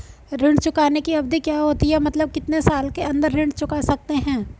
ऋण चुकाने की अवधि क्या होती है मतलब कितने साल के अंदर ऋण चुका सकते हैं?